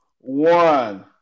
one